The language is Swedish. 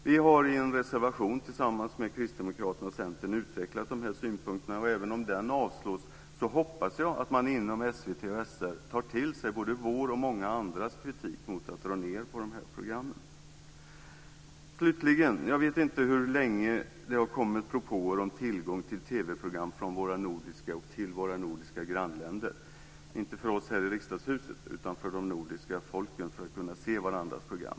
Vi har i en reservation tillsammans med Kristdemokraterna och Centern utvecklat de här synpunkterna. Även om den avslås hoppas jag att man inom SVT och SR tar till sig både vår och många andras kritik mot att det dras ned på de här programmen. Slutligen: Jag vet inte hur länge det har kommit propåer om tillgång till TV-program från och till våra nordiska grannländer - inte för oss här i Riksdagshuset utan för de nordiska folken, för att kunna se varandras program.